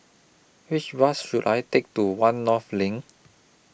Which Bus should I Take to one North LINK